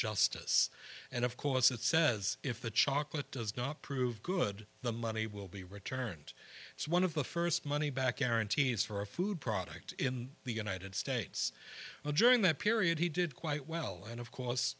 justice and of course it says if the chocolate does not prove good the money will be returned one of the st money back guarantee needs for a food product in the united states well during that period he did quite well and of course